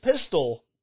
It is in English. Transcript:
pistol